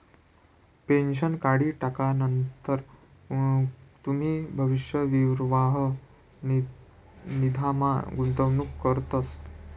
pension काढी टाकानंतर तुमी भविष्य निर्वाह निधीमा गुंतवणूक करतस